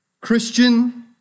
Christian